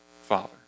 Father